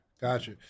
Gotcha